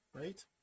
right